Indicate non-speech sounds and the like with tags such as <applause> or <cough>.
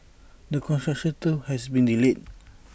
that construction too has been delayed <noise>